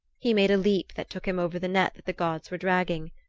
he made a leap that took him over the net that the gods were dragging.